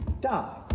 die